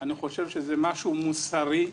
אני חושב שזה משהו מוסרי,